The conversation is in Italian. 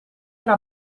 era